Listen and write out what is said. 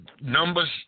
numbers